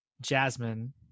Jasmine